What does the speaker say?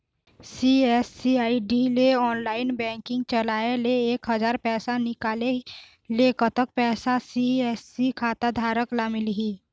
CSC ID ले online banking चलाए ले एक हजार पैसा निकाले ले कतक पैसा सी.एस.सी खाता धारक ला मिलही?